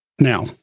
Now